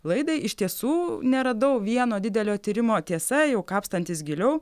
laidai iš tiesų neradau vieno didelio tyrimo tiesa jau kapstantis giliau